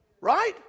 right